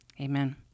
Amen